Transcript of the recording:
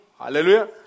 Hallelujah